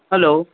hello